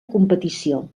competició